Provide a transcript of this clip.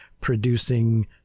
producing